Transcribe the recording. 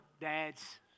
dads